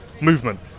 movement